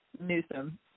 Newsom